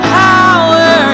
power